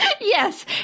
Yes